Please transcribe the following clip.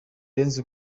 dance